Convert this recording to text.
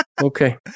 okay